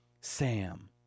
Sam